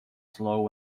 slow